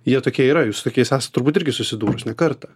jie tokie yra jūs su tokiais esat irgi susidūrus ne kartą